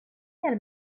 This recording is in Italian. dal